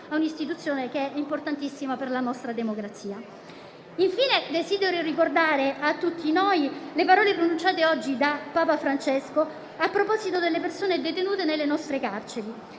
a un'istituzione importantissima per la nostra democrazia. Infine, desidero ricordare a tutti noi le parole pronunciate oggi da Papa Francesco a proposito delle persone detenute nelle nostre carceri: